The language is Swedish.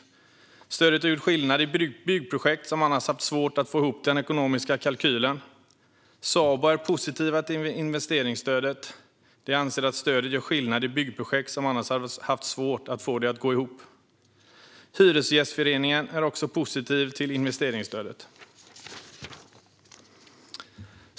Stödet har gjort skillnad i byggprojekt där man annars hade haft svårt att få ihop den ekonomiska kalkylen. Sabo är positivt till investeringsstödet och anser att stödet gör skillnad i byggprojekt som man annars hade haft svårt att få att gå ihop. Hyresgästföreningen är också positiv till investeringsstödet.